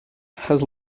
has